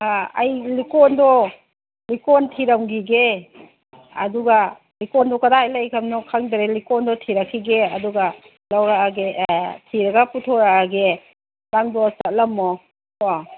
ꯑꯥ ꯑꯩ ꯂꯤꯛꯀꯣꯟꯗꯣ ꯂꯤꯛꯀꯣꯟ ꯊꯤꯔꯝꯈꯤꯒꯦ ꯑꯗꯨꯒ ꯂꯤꯛꯀꯣꯟꯗꯣ ꯀꯔꯥꯏ ꯂꯩꯈ꯭ꯔꯕꯅꯣ ꯈꯪꯗ꯭ꯔꯦ ꯂꯤꯛꯀꯣꯟꯗꯣ ꯊꯤꯔꯛꯈꯤꯒꯦ ꯑꯗꯨꯒ ꯂꯧꯔꯛꯑꯒꯦ ꯊꯤꯔꯒ ꯄꯨꯊꯣꯔꯛꯑꯒꯦ ꯅꯪꯗꯣ ꯆꯠꯂꯝꯃꯣ ꯀꯣ